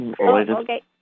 Okay